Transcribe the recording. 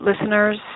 Listeners